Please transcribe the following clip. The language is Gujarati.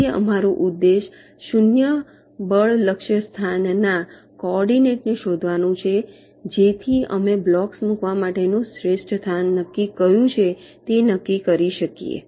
તેથી અમારું ઉદ્દેશ 0 બળ લક્ષ્ય સ્થાન ના કોઓર્ડીનેટ ને શોધવાનું છે જેથી અમે બ્લોક મૂકવા માટેનું શ્રેષ્ઠ સ્થાન કયું છે તે નક્કી કરી શકીએ